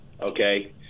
Okay